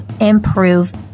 improve